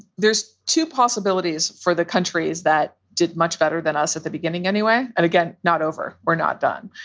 there's two possibilities for the countries that did much better than us at the beginning anyway. and again, not over. we're not done.